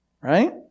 right